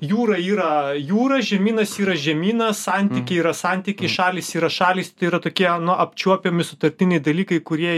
jūra yra jūra žemynas yra žemynas santykiai yra santykiai šalys yra šalys tai yra tokie apčiuopiami sutartiniai dalykai kurie